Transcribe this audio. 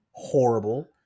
horrible